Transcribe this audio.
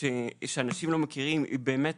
שאנשים לא מכירים היא באמת